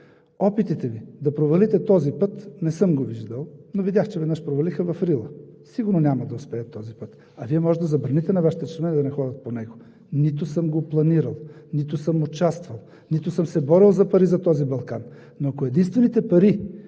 Опитите Ви да провалите този път не съм го виждал, но видях, че веднъж провалиха в Рила. Сигурно няма да успеят този път. А Вие можете да забраните на Вашите членове да ходят по него! Нито съм го планирал, нито съм участвал, нито съм се борил за пари за този Балкан, но ако единствените пари